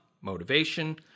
motivation